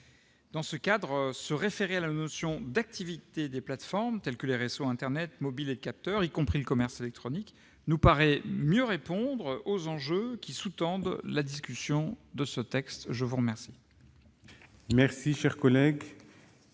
Dans ce cadre, se référer à la notion d'activité des plateformes telles que les réseaux internet, mobiles et de capteurs, y compris le commerce électronique, nous paraît mieux répondre aux enjeux qui sous-tendent la discussion de ce texte. L'amendement